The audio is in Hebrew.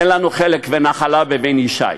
אין לנו חלק ונחלה בבן ישי?